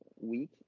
week